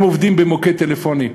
הם עובדים במוקד טלפוני,